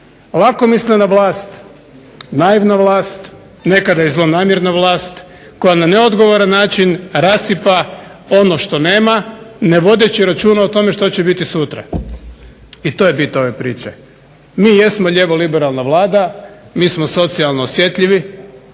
Lakomislena vlast, naivna vlast, nekada i zlonamjerna vlast koja na neodgovoran način rasipa ono što nema ne vodeći računa o tome što će biti sutra. I to je bit ove priče. Mi jesmo lijevo liberalna Vlada, mi smo socijalno osjetljivi,